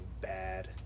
bad